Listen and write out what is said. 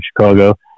Chicago